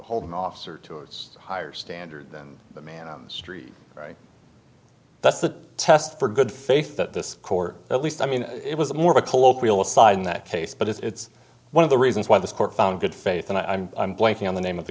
holding officer to it's higher standard than the man on the street right that's the test for good faith that this court at least i mean it was more of a colloquial aside in that case but it's one of the reasons why this court found good faith and i'm i'm blanking on the name of the